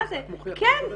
אבל כן,